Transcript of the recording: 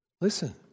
Listen